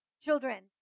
children